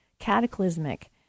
cataclysmic